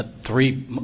three